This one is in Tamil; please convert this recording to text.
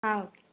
ஆ ஓகே